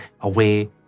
away